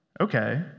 Okay